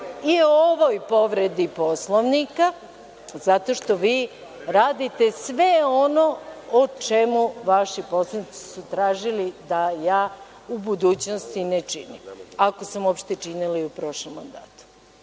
i o ovoj povredi Poslovnika zato što vi radite sve ono o čemu su vaši poslanici tražili da ja u budućnosti ne činim, ako sam uopšte činila i u prošlom mandatu.